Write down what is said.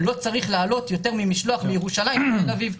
לא צריך לעלות יותר ממשלוח מירושלים לתל אביב,